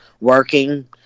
working